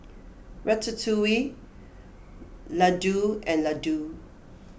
Ratatouille Ladoo and Ladoo